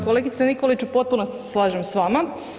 Kolegice Nikolić u potpunosti se slažem s vama.